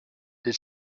did